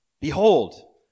behold